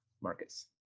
Marcus